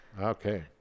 Okay